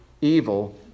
evil